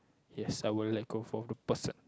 yes I would let go for the person